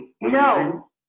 No